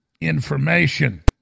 information